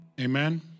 Amen